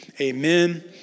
amen